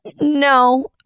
No